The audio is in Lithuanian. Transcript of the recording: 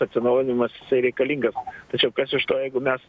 atsinaujinimas reikalingas tačiau kas iš to jeigu mes